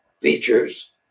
features